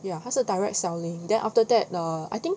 ya 他是 direct selling then after that err I think